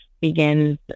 begins